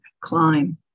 climb